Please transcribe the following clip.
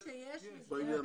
הם אמרו שיש תקציב.